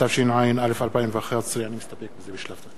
התשע"א 2011. אני מסתפק בזה בשלב זה.